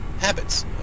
habits